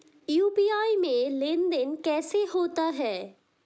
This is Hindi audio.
यू.पी.आई में लेनदेन कैसे होता है?